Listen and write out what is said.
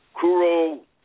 Kuro